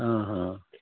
অঁ হ্